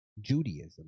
Judaism